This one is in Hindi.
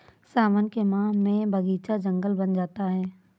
सावन के माह में बगीचा जंगल बन जाता है